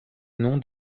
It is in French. nom